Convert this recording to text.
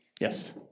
Yes